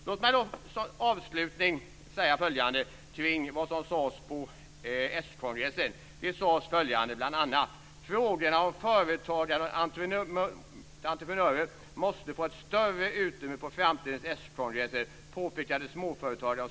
Låt mig som avslutning säga något om vad som sades på s-kongressen. Där påpekade småföretagaren och socialdemokraten Dag Eriksson bl.a. att frågorna om företagare och entreprenörer måste få ett större utrymme på framtidens s-kongresser.